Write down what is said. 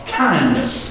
kindness